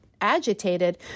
agitated